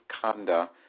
Kanda